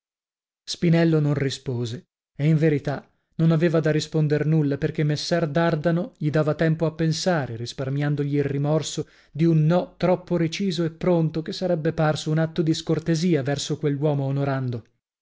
spinello non rispose e in verità non aveva da risponder nulla perchè messer dardano gli dava tempo a pensare risparmiandogli il rimorso di un no troppo reciso e pronto che sarebbe parso un atto di scortesia verso quell'uomo onorando